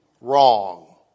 wrong